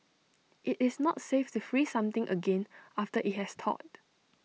IT is not safe to freeze something again after IT has thawed